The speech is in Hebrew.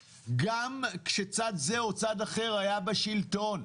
גם כשצד זה או אחר היה בשלטון.